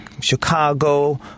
Chicago